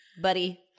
Buddy